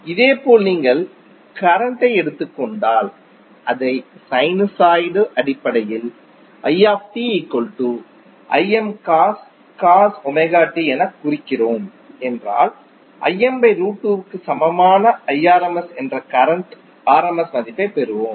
இதேபோல் நீங்கள் கரண்ட்டை எடுத்துக் கொண்டால் அதை சைனுசாய்டு அடிப்படையில் எனக் குறிக்கிறோம் என்றால் க்கு சமமான Irms என்ற கரண்ட் rms மதிப்பைப் பெறுவோம்